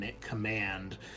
command